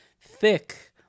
thick